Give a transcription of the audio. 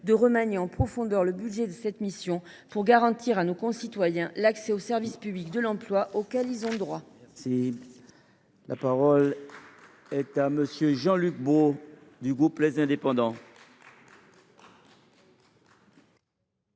de remanier en profondeur le budget de cette mission pour garantir à nos concitoyens l’accès au service public de l’emploi auquel ils ont droit. La parole est à M. Jean Luc Brault. Monsieur le président,